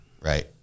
Right